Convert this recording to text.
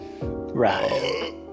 Right